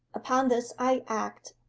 upon this i acted.